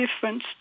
difference